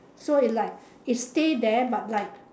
so it like it stay there but like